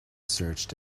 searched